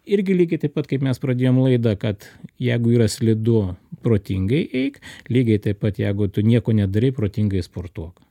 irgi lygiai taip pat kaip mes pradėjom laidą kad jeigu yra slidu protingai eik lygiai taip pat jeigu tu nieko nedarei protingai sportuok